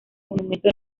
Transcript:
monumento